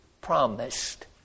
promised